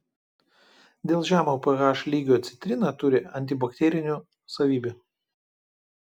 dėl žemo ph lygio citrina turi antibakterinių savybių